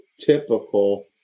typical